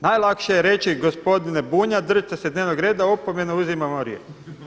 Najlakše je reći: Gospodine Bunjac, držite se dnevnog reda, opomena, uzimam vam riječ.